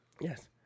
Yes